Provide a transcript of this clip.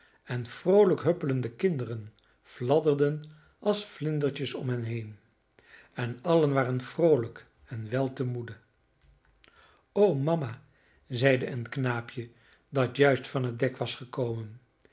en vroolijk huppelende kinderen fladderden als vlindertjes om hen heen en allen waren vroolijk en wel te moede o mama zeide een knaapje dat juist van het dek was gekomen